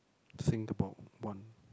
I think about one